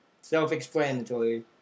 Self-explanatory